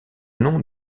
nom